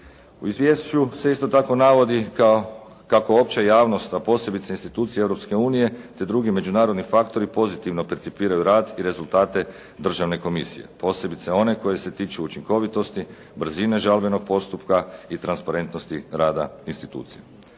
U Izvješću se isto tako navodi kao, kako opća javnost a posebice institucije Europske unije, te drugi međunarodni faktori pozitivno percipiraju rad i rezultate Državne komisije posebice one koje se tiču učinkovitosti, brzine žalbenog postupka i transparentnosti rada institucija.